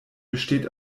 besteht